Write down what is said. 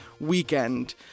weekend